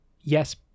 yes